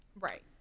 Right